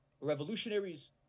revolutionaries